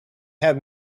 have